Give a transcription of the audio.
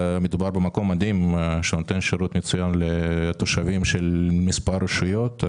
מדובר במקום מדהים שנותן שירות מצוין לתושבים של מספר רשויות.